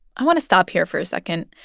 i want to stop here for a second.